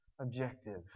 objective